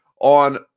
on